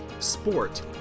sport